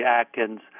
Atkins